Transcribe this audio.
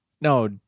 No